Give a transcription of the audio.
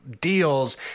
deals